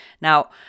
Now